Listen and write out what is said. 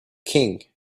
king